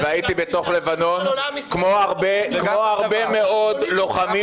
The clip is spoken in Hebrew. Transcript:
-- והייתי בתוך לבנון כמו הרבה מאוד לוחמים